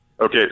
Okay